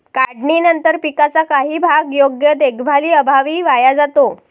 काढणीनंतर पिकाचा काही भाग योग्य देखभालीअभावी वाया जातो